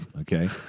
okay